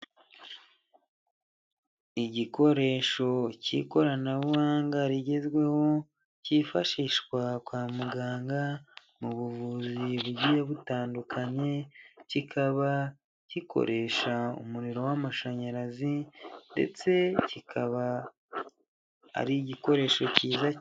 Igikoresho cy'ikoranabuhanga rigezweho, cyifashishwa kwa muganga, mu buvuzi bugiye butandukanye, kikaba gikoresha umuriro w'amashanyarazi, ndetse kikaba ari igikoresho cyiza.